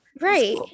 Right